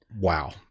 Wow